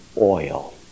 oil